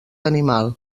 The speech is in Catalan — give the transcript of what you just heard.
animal